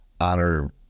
honor